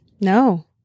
No